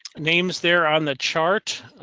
names there on the chart